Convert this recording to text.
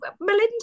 Melinda